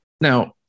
Now